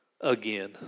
again